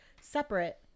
Separate